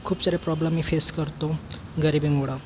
खूप सारे प्रॉब्लम मी फेस करतो गरीबीमुळं